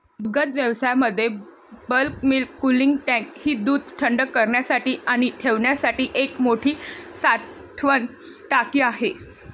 दुग्धव्यवसायामध्ये bulk milk cooling tank ही दूध थंड करण्यासाठी आणि ठेवण्यासाठी एक मोठी साठवण टाकी आहे